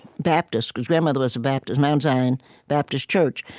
baptist, because grandmother was a baptist, mt. zion baptist church.